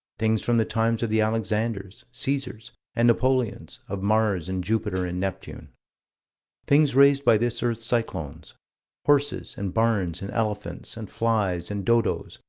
things from the times of the alexanders, caesars and napoleons of mars and jupiter and neptune things raised by this earth's cyclones horses and barns and elephants and flies and dodoes,